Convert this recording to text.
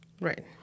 Right